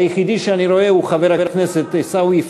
היחיד שאני רואה הוא חבר הכנסת עיסאווי פריג',